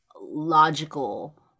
logical